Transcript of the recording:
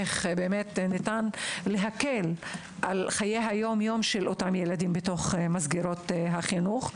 איך באמת ניתן להקל על חיי היום יום של אותם ילדים בתוך מסגרות החינוך,